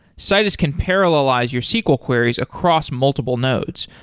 citus can parallelize your sql queries across multiple nodes,